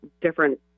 different